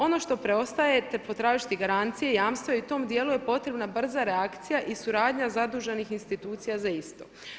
Ono što preostaje te potražiti garancije, jamstva i u tom djelu je potrebna brza reakcija i suradnja zaduženih institucija za isto.